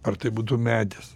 ar tai būtų medis